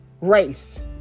race